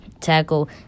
tackle